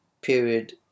period